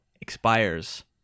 expires